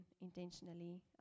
intentionally